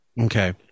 Okay